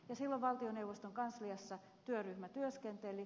silloin valtioneuvoston kansliassa työryhmä työskenteli